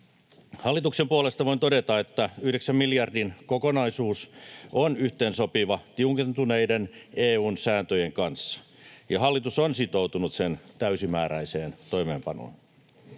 Hallituksen puolesta voin todeta, että yhdeksän miljardin kokonaisuus on yhteensopiva tiukentuneiden EU:n sääntöjen kanssa, ja hallitus on sitoutunut sen täysimääräiseen toimeenpanoon.